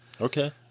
okay